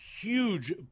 huge